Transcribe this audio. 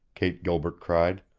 kate gilbert cried.